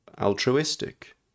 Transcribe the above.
altruistic